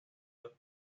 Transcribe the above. los